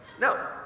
no